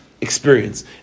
experience